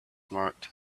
marked